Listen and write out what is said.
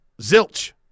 Zilch